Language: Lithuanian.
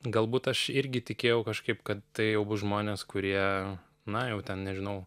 galbūt aš irgi tikėjau kažkaip kad tai jau bus žmonės kurie na jau ten nežinau